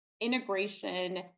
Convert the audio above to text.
integration